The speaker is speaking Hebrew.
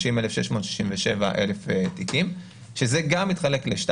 30,667 תיקים שהם גם מתחלקים ל-2: